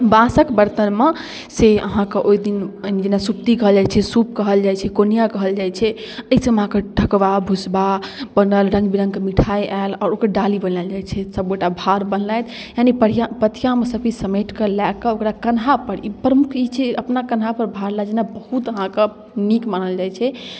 बाँसके बर्तनमे से अहाँके ओहिदिन जेना सुपती कहल जाइ छै सूप कहल जाइ छै कोनिआ कहल जाइ छै एहि सबमे अहाँके ठेकुआ भुसबा बनल रङ्गबिरङ्गके मिठाइ आएल आओर ओकर डाली बनाएल जाइ छै सबगोटा भार बन्हलथि यानि पढ़िआ पाथिआमे सबकिछु समेटिकऽ लऽ कऽ ओकरा कन्हापर प्रमुख ई छै अपना कन्हापर भार लऽ जेनाइ बहुत अहाँके नीक मानल जाइ छै